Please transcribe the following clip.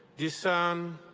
discern,